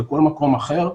בכל מקום אחר,